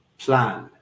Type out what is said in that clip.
plan